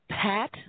Pat